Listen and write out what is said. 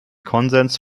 konsens